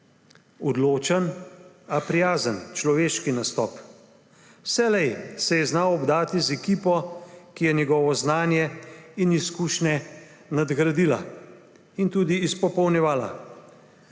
odločen, a prijazen, človeški nastop. Vselej se je znal obdati z ekipo, ki je njegovo znanje in izkušnje nadgradila in tudi izpopolnjevala.